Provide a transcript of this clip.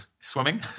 swimming